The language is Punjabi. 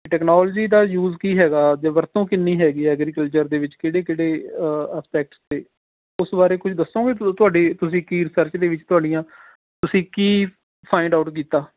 ਟੈਕਨੋਲੋਜੀ ਦਾ ਯੂਜ਼ ਕੀ ਹੈਗਾ ਜਾਂ ਵਰਤੋਂ ਕਿੰਨੀ ਹੈਗੀ ਹੈ ਐਗਰੀਕਲਚਰ ਦੇ ਵਿੱਚ ਕਿਹੜੇ ਕਿਹੜੇ ਐਸਪੈਕਟਸ 'ਤੇ ਉਸ ਬਾਰੇ ਕੁਝ ਦੱਸੋਂਗੇ ਤੂੰ ਤੁਹਾਡੇ ਤੁਸੀਂ ਕੀ ਰਿਸਰਚ ਦੇ ਵਿੱਚ ਤੁਹਾਡੀਆਂ ਤੁਸੀਂ ਕੀ ਫਾਇੰਡ ਆਊਟ ਕੀਤਾ